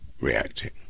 reacting